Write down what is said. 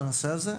על הנושא הזה,